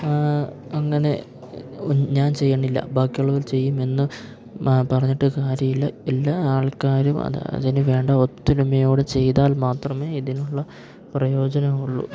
അങ്ങനെ ഞാൻ ചെയ്യണില്ല ബാക്കിയുള്ളവർ ചെയ്യുമെന്ന് പറഞ്ഞിട്ട് കാര്യമില്ല എല്ലാ ആൾക്കാരും അത് അതിന് വേണ്ട ഒത്തരുമയോടെ ചെയ്താൽ മാത്രമേ ഇതിനുള്ള പ്രയോജനം ഉള്ളൂ